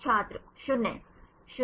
छात्र 0 0